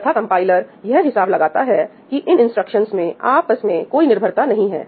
तथा कंपाइलर यह हिसाब लगाता है कि इन इंस्ट्रक्शंस में आपस में कोई निर्भरता नहीं है